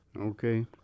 Okay